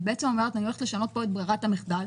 את בעצם אומרת: אני הולכת לשנות פה את ברירת המחדל.